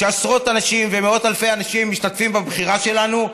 עשרות אנשים ומאות אלפי אנשים משתתפים בבחירה שלנו.